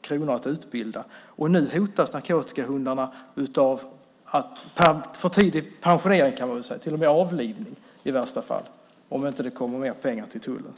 kronor att utbilda, och nu hotas narkotikahundarna av för tidig pensionering, kan man väl säga, och till och med av avlivning i värsta fall om det inte kommer mer pengar till tullen.